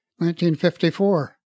1954